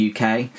UK